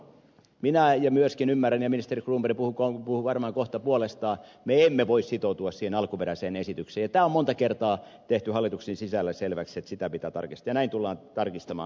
minä en ja ja myöskin ymmärrän että ministeri cronberg puhuu varmaan kohta puolestaan me emme voi sitoutua siihen alkuperäiseen esitykseen ja tämä on monta kertaa tehty hallituksen sisällä selväksi että sitä pitää tarkistaa ja näin tullaan tarkistamaan